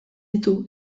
ditu